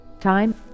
Time